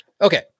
Okay